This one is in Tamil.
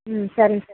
ம் சரிங்க சார்